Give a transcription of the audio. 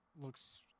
looks